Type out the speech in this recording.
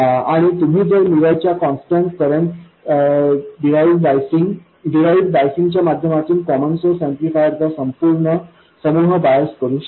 आणि तुम्ही current mirror च्या कॉन्स्टंट करंट डराईव्ड बायसिंग च्या माध्यमातून कॉमन सोर्स ऍम्प्लिफायर चा संपूर्ण समूह बायस करू शकता